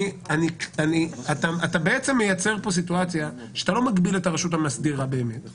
אתה מייצר סיטואציה שאתה לא מגביל באמת את הרשות המאסדרת.